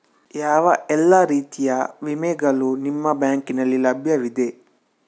ಯಾವ ಎಲ್ಲ ರೀತಿಯ ವಿಮೆಗಳು ನಿಮ್ಮ ಬ್ಯಾಂಕಿನಲ್ಲಿ ಲಭ್ಯವಿದೆ?